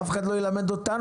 אף אחד לא ילמד אותנו,